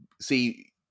See